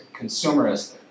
consumeristic